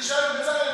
תשאל את בצלאל,